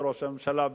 לראש הממשלה,